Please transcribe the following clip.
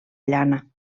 llana